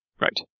Right